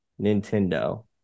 Nintendo